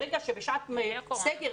ברגע שהייתה שעת סגר,